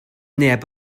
neb